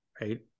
right